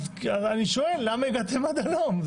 אז אני שואל למה הגעתם עד הלום,